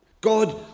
God